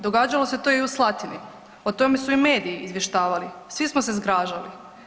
Događalo se to i u Slatini, o tome su i mediji izvještavali, svi smo se zgražali.